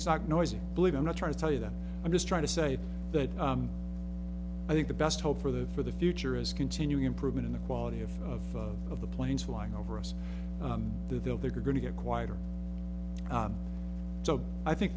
it's not noisy believe i'm not trying to tell you that i'm just trying to say that i think the best hope for the for the future is continuing improvement in the quality of of of the planes flying over us though they're going to get quieter so i think